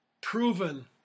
proven